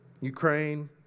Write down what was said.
Ukraine